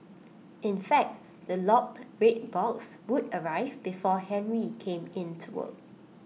in fact the locked red box would arrive before Henry came in to work